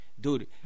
Dude